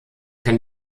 kann